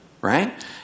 right